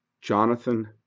Jonathan